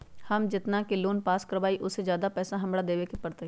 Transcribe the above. हम जितना के लोन पास कर बाबई ओ से ज्यादा पैसा हमरा देवे के पड़तई?